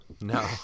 No